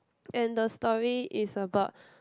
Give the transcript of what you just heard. and the story is about